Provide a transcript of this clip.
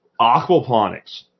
Aquaponics